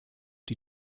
die